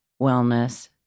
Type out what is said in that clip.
wellness